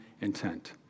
intent